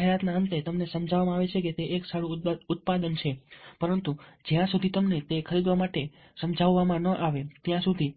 જાહેરાતના અંતે તમને સમજાવવામાં આવે છે કે તે એક સારું ઉત્પાદન છે પરંતુ જ્યાં સુધી તમને તે ખરીદવા માટે સમજાવવામાં ન આવે ત્યાં સુધી